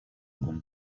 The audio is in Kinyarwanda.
guma